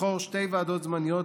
לבחור שתי ועדות זמניות,